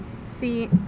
See